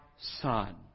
son